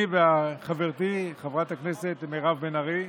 אני וחברתי חברת הכנסת מירב בן ארי,